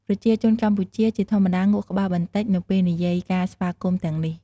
ប្រជាជនកម្ពុជា ជាធម្មតា ងក់ក្បាលបន្តិចនៅពេលនិយាយការស្វាគមន៍ទាំងនេះ។